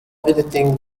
editing